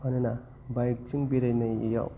मानोना बाइक जों बेरायनायाव